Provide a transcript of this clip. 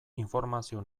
informazio